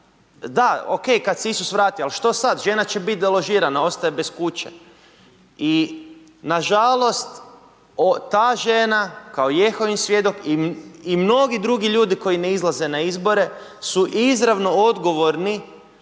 Da, OK, kad se Isus vrati, al što sad, žena će biti deložirana, ostaje bez kuće. I nažalost ta žena kao Jehovin svjedok i mnogi drugi ljudi koji ne izlaze na izbore su izravno odgovorni